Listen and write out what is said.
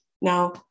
Now